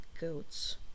goats